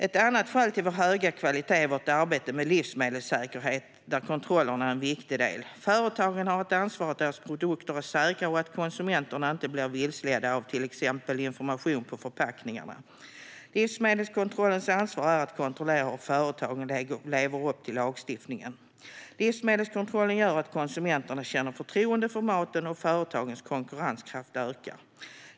Ett annat skäl till vår höga kvalitet är vårt arbete med livsmedelssäkerhet, där kontrollerna är en viktig del. Företagen har ett ansvar för att deras produkter är säkra och att konsumenterna inte blir vilseledda av till exempel informationen på förpackningarna. Livsmedelskontrollens ansvar är att kontrollera hur företagen lever upp till lagstiftningen. Livsmedelskontrollen gör att konsumenterna känner förtroende för maten och att företagens konkurrenskraft ökar.